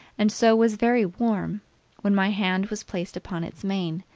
and so was very warm when my hand was placed upon its mane,